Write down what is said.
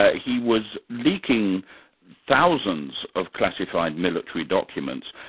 ah he was leaking thousands of classified military documents.